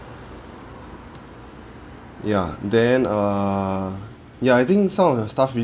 ya then err ya I think some of your staff